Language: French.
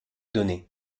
données